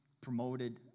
promoted